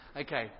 Okay